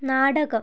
നാടകം